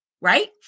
right